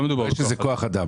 לא מדובר בכוח אדם.